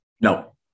No